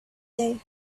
day